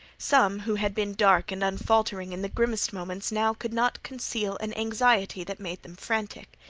some who had been dark and unfaltering in the grimmest moments now could not conceal an anxiety that made them frantic.